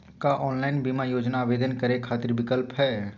का ऑनलाइन बीमा योजना आवेदन करै खातिर विक्लप हई?